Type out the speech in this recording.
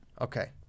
Okay